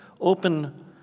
open